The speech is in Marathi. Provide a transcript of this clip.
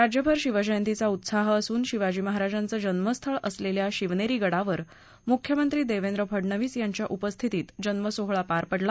राज्यभर शिवजयंतीचा उत्साह असून शिवाजी महाराजांचं जन्मस्थळ असलेल्या शिवनेरी गडावर मुख्यमंत्री देवेंद्र फडणवीस यांच्या उपस्थितीत जन्मसोहळा पार पडला